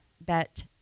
bet